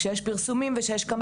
כשיש פרסומים וכשיש קמפיין,